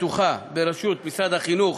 משרד החינוך